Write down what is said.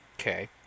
Okay